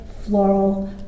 floral